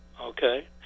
okay